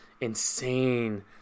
insane